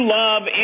love